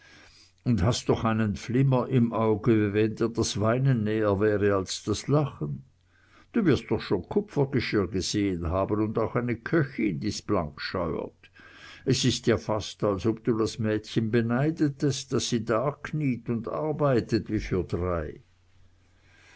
und hast doch einen flimmer im auge wie wenn dir das weinen näher wäre als das lachen du wirst doch schon kupfergeschirr gesehen haben und auch eine köchin die's blank scheuert es ist ja fast als ob du das mädchen beneidetest daß sie da kniet und arbeitet wie für drei